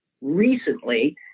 recently